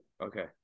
Okay